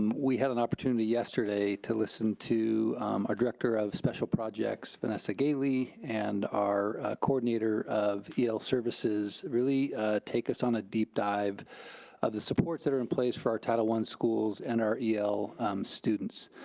we had an opportunity yesterday to listen to our director of special projects, vanessa galey and our coordinator of el services really take us on a deep dive of the supports that are in place for our title one schools and our el students.